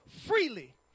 freely